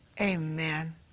Amen